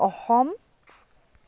Assam